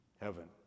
heaven